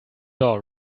door